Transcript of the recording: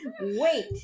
wait